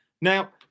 Now